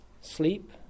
sleep